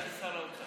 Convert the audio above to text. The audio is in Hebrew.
הבעיה זה שר האוצר.